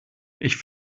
ich